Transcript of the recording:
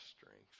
strength